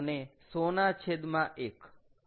અને 100 ના છેદમાં 1